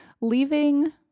leaving